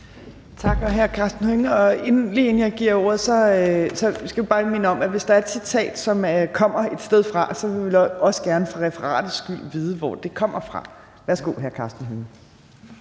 Tak. Og lige inden jeg giver ordet, skal jeg bare minde om, at vi, hvis der er et citat, som kommer et sted fra, så også gerne for referatets skyld vil vide, hvor det kommer fra. Værsgo, hr. Karsten Hønge.